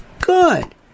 good